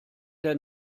der